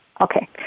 Okay